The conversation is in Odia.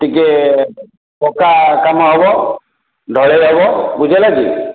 ଟିକିଏ ପକା କାମ ହେବ ଢ଼ଳେଇ ହେବ ବୁଝିହେଲା କି